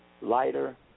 lighter